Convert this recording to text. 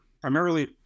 primarily